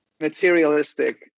materialistic